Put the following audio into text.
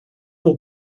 will